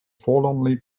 forlornly